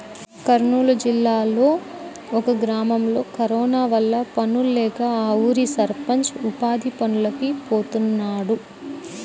కర్నూలు జిల్లాలో ఒక గ్రామంలో కరోనా వల్ల పనుల్లేక ఆ ఊరి సర్పంచ్ ఉపాధి పనులకి పోతున్నాడు